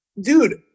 Dude